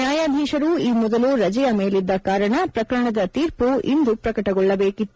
ನ್ಯಾಯಾಧೀಶರು ಈ ಮೊದಲು ರಜೆಯ ಮೇಲಿದ್ದ ಕಾರಣ ಈ ಮೊದಲು ಪ್ರಕರಣದ ತೀರ್ಪು ಇಂದು ಪ್ರಕಟಗೊಳ್ಳಬೇಕಾಗಿತ್ತು